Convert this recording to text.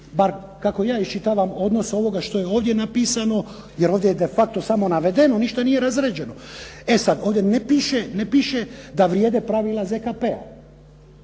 bar kako ja iščitava odnos ovoga što je ovdje napisano jer ovdje je de facto samo navedeno, ništa nije razrađeno. E sad, ovdje ne piše da vrijede pravila ZKP-a,